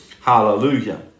hallelujah